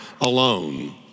alone